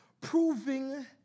proving